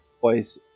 voice